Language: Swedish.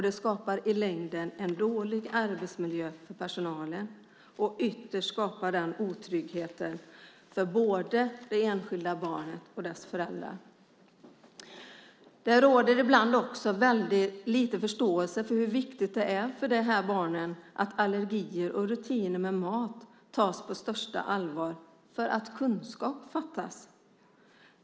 Det skapar i längden en dålig arbetsmiljö för personalen, och ytterst skapar det otrygghet både för det enskilda barnet och dess föräldrar. Det råder ibland väldligt lite förståelse för hur viktigt det är för de här barnen att allergier och rutiner med mat tas på största allvar. Det fattas kunskap.